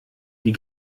die